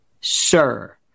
Sir